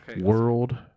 World